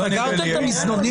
סגרתם את המזנונים?